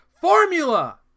formula